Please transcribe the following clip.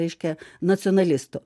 reiškia nacionalistu